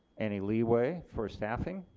any leeway for staffing.